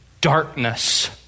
darkness